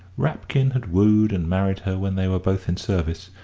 rapkin had wooed and married her when they were both in service,